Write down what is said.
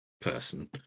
person